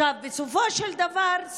בסופו של דבר,